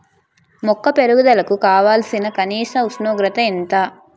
మొక్క పెరుగుదలకు కావాల్సిన కనీస ఉష్ణోగ్రత ఎంత?